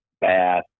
bath